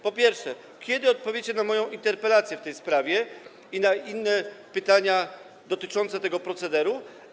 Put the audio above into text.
Po pierwsze, kiedy odpowiecie na moją interpelację w tej sprawie i na inne pytania dotyczące tego procederu?